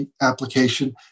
application